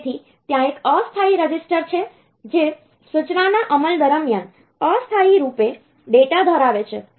તેથી ત્યાં એક અસ્થાયી રજિસ્ટર છે જે સૂચનાના અમલ દરમિયાન અસ્થાયી રૂપે ડેટા ધરાવે છે